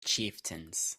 chieftains